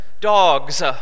dogs